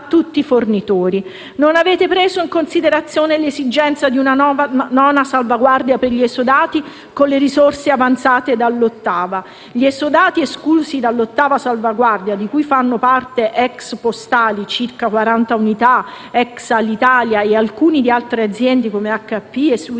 tutti i fornitori. Non avete preso in considerazione l'esigenza di una nona salvaguardia per gli esodati con le risorse avanzate dall'ottava. Gli esodati esclusi dall'ottava salvaguardia, di cui fanno parte ex postali (circa 40 unità), ex Alitalia ed alcuni di altre aziende come HP e